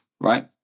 right